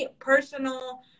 personal